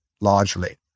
largely